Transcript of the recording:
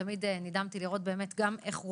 תמיד נדהמתי לראות גם איך רופאים,